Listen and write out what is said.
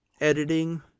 editing